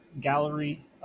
gallery